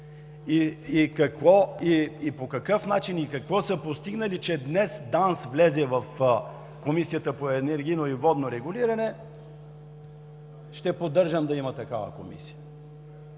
и по какъв начин, и какво са постигнали, че днес ДАНС влезе на проверка в Комисията по енергийно и водно регулиране, ще поддържам да има такава комисия.